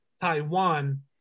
Taiwan